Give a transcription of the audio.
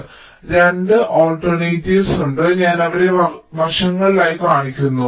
അതിനാൽ 2 ആൾട്ടർനേറ്റീവ്സ് ഉണ്ട് ഞാൻ അവരെ വശങ്ങളിലായി കാണിക്കുന്നു